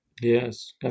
Yes